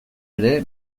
ere